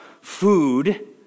food